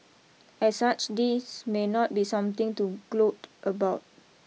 as such this may not be something to gloat about